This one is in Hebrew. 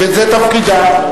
וזה תפקידה,